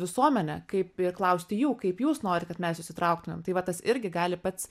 visuomene kaip ir klausti jų kaip jūs norit kad mes susitrauktumėm tai va tas irgi gali pats